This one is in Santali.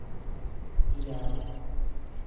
ᱮᱭᱟᱭ